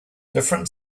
different